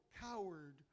coward